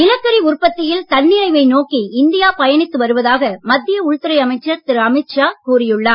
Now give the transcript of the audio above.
நிலக்கரி உற்பத்தியில் தன்னிறைவை நோக்கி இந்தியா பயணித்து வருவதாக மத்திய உள்துறை அமைச்சர் திரு அமித் ஷா கூறி உள்ளார்